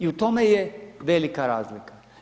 I u tome je velika razlika.